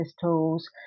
tools